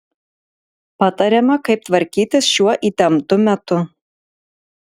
patariama kaip tvarkytis šiuo įtemptu metu